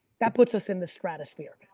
that puts us in the stratosphere,